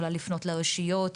יכולה לפנות לרשויות,